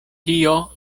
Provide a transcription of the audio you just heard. tio